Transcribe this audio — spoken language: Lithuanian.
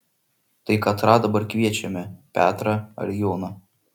tai katrą dabar kviečiame petrą ar joną